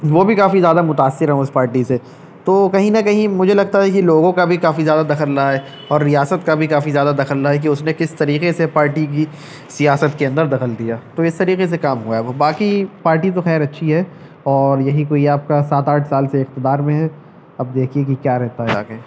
وہ بھی کافی زیادہ متأثر ہیں اس پارٹی سے تو کہیں نہ کہیں مجھے لگتا ہے کہ لوگوں کا بھی کافی زیادہ دخل رہا ہے اور ریاست کا بھی کافی زیادہ دخل رہا ہے کہ اس نے کس طریقے سے پارٹی کی سیاست کے اندر دخل دیا تو اس طریقے سے کام ہوا ہے وہ باقی پارٹی تو خیر اچھی ہے اور یہی کوئی آپ کا سات آٹھ سال سے اقتدار میں ہے اب دیکھیے کہ کیا رہتا ہے آگے